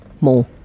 more